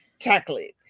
chocolate